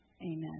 Amen